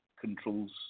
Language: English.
controls